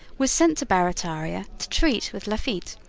was sent to barrataria to treat with lafitte,